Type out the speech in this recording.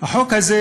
החוק הזה,